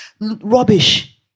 rubbish